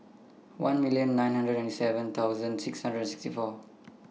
one million nine hundred and seven thousand six hundred and sixty four